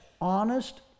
honest